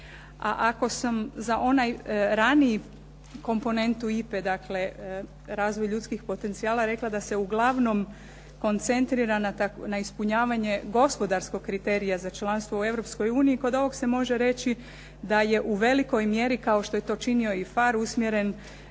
a ako sam za onaj raniju komponentu IPA-e "Razvoj ljudskih potencijala" rekla da se uglavnom koncentrira na ispunjavanje gospodarskog kriterija za članstvo u Europskoj uniji kod ovog se može reći da je u velikoj mjeri kao što je to činio i PHARE usmjeren